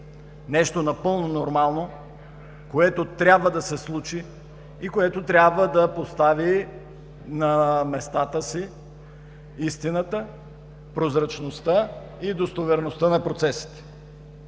нещо напълно нормално, което трябва да се случи и което трябва да постави на местата им истината, прозрачността и достоверността на процесите.